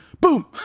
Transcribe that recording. Boom